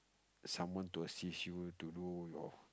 someone to assist you to do your